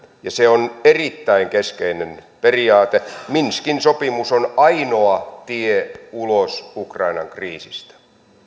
ja se on erittäin keskeinen periaate minskin sopimus on ainoa tie ulos ukrainan kriisistä